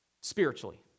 spiritually